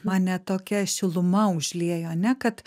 mane tokia šiluma užliejo ane kad